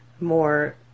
more